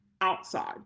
outside